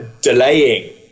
delaying